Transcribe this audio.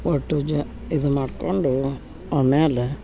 ಒಟ್ಟು ಜಾ ಇದು ಮಾಡಿಕೊಂಡು ಆಮ್ಯಾಲೆ